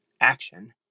Action